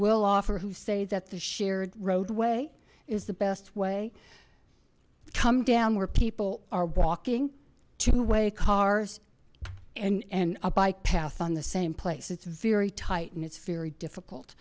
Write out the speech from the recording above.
will offer who say that the shared roadway is the best way come down where people are walking two way cars and and a bike path on the same place it's very tight it's very difficult